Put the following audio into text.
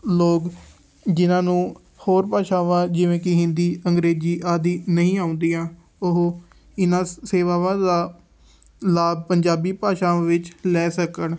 ਲੋਕ ਜਿਨ੍ਹਾਂ ਨੂੰ ਹੋਰ ਭਾਸ਼ਾਵਾਂ ਜਿਵੇਂ ਕਿ ਹਿੰਦੀ ਅੰਗਰੇਜ਼ੀ ਆਦਿ ਨਹੀਂ ਆਉਂਦੀਆਂ ਉਹ ਇਹਨਾਂ ਸ ਸੇਵਾਵਾਂ ਦਾ ਲਾਭ ਪੰਜਾਬੀ ਭਾਸ਼ਾ ਵਿੱਚ ਲੈ ਸਕਣ